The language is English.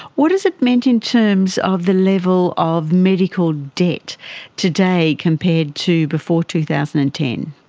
what has it meant in terms of the level of medical debt today compared to before two thousand and ten?